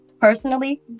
personally